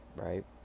Right